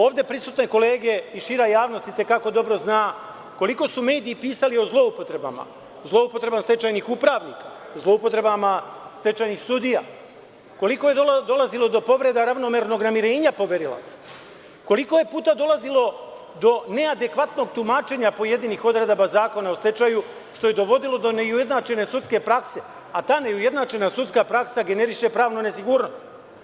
Ovde prisutne kolege i šira javnost i te kako dobro zna koliko su mediji pisali o zloupotrebama, zloupotrebama stečajnih upravnika, zloupotrebama stečajnih sudija, koliko je dolazilo do povreda ravnomernog namirenja poverilaca, koliko je puta dolazilo do neadekvatnog tumačenja pojedinih odredaba Zakona o stečaju, što je dovodilo do neujednačene sudske prakse, a ta neujednačena sudska praksa generiše pravnu nesigurnost.